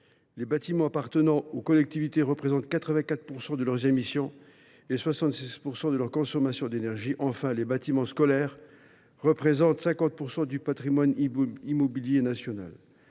Les bâtiments appartenant aux collectivités sont à l’origine de 84 % de leurs émissions et de 76 % de leur consommation d’énergie. Enfin, les bâtiments scolaires représentent 50 % du patrimoine immobilier national.